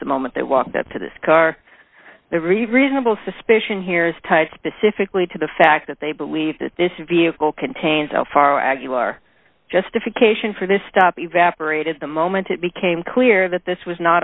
offense the moment they walked up to this car the riv reasonable suspicion here is tied specifically to the fact that they believe that this vehicle contained so far as you are just a few cation for this stop evaporated the moment it became clear that this was not